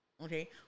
okay